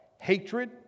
hatred